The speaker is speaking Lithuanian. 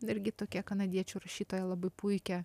irgi tokia kanadiečių rašytoją labai puikią